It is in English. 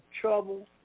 trouble